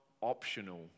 optional